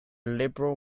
liberal